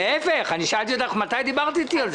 להיפך, שאלתי אותך מתי דיברת איתי על זה.